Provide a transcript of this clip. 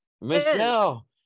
Michelle